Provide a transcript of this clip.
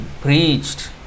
preached